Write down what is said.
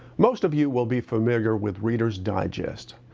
most of you will be familiar with reader's digest.